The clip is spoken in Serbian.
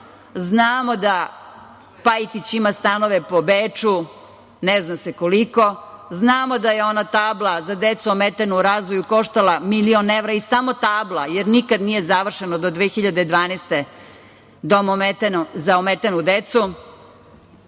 Znamo da Pajtić ima stanove po Beču, ne zna se koliko. Znamo da je ona tabla za decu ometenu u razvoju koštala milion evra i samo tabla, jer nikad nije završeno do 2012. godine dom